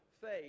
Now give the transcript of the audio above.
faith